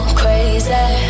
crazy